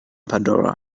pandora